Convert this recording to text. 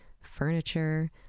furniture